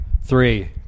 Three